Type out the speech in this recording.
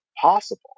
possible